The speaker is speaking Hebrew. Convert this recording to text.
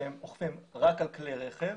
כשהם אוכפים רק על כלי רכב,